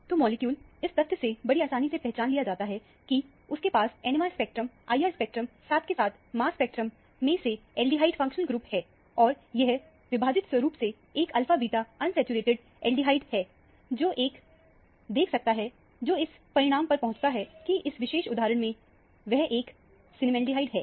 तो मॉलिक्यूल इस तथ्य से बड़ी आसानी से पहचान लिया जाता है कि आपके पास NMR स्पेक्ट्रम IR स्पेक्ट्रम साथ के साथ मांस स्पेक्ट्रम में भी एल्डिहाइड फंक्शनल ग्रुप है और यह विभाजित स्वरूप से एक अल्फा बीटा अनसैचुरेटेड एल्डिहाइड है जो एक देख सकता है जो इस परिणाम पर पहुंचता है की इस विशेष उदाहरण में वह एक सिनेमैएल्डिहाइड है